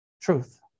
truth